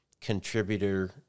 contributor